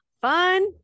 fun